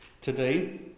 today